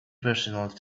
personal